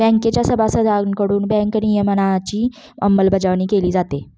बँकेच्या सभासदांकडून बँक नियमनाची अंमलबजावणी केली जाते